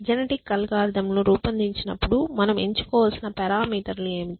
genetic algorithm లను రూపొందించినప్పుడు మనం ఎంచుకోవలసిన పారామీటర్ లు ఏమిటి